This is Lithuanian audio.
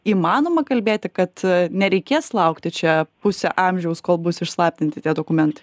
įmanoma kalbėti kad nereikės laukti čia pusę amžiaus kol bus išslaptinti dokumentai